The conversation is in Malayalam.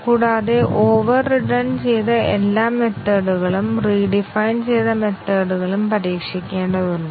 കൂടാതെ ഓവർറിഡൻ ചെയ്ത എല്ലാ മെത്തേഡ്കളും റീഡിഫയിൻ ചെയ്ത മെത്തേഡ്കളും പരീക്ഷിക്കേണ്ടതുണ്ട്